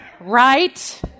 Right